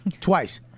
twice